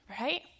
right